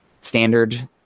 standard